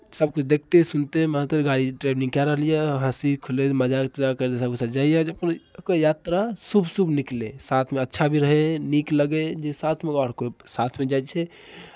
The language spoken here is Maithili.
सभकिछु देखिते सुनितेमे तऽ गाड़ी ट्रेवलिंग कए रहलियै यए हँसी खेलै मजा लए कऽ जेसभ कोइ जाइए जे कोइ यात्रा शुभ शुभ निकलय साथमे अच्छा भी रहै नीक लगै जे साथमे आओर कोइ साथमे जाइ छै